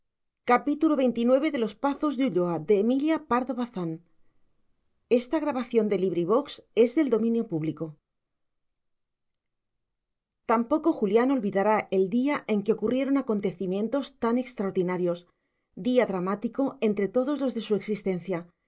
las espigas tampoco julián olvidará el día en que ocurrieron acontecimientos tan extraordinarios día dramático entre todos los de su existencia